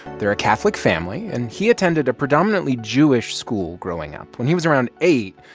they're a catholic family. and he attended a predominantly jewish school growing up. when he was around eight,